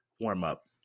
warm-up